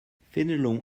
fénelon